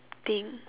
thing